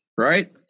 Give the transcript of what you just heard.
Right